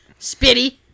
Spitty